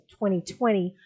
2020